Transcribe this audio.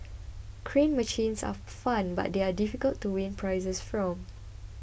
crane machines are fun but they are difficult to win prizes from